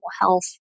health